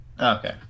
Okay